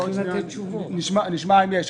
נשמע אם יש.